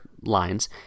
lines